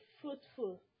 fruitful